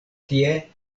tie